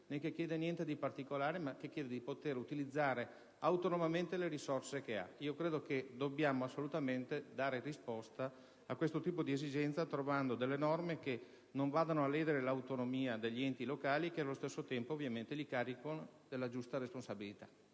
né niente di particolare, ma solo di poter utilizzare autonomamente le risorse che ha. Credo che dobbiamo assolutamente dare risposta a questo tipo di esigenza, trovando delle norme che non vadano a ledere l'autonomia degli enti locali e che, allo stesso tempo, li carichino ovviamente della giusta responsabilità.